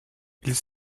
ils